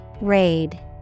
Raid